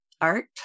art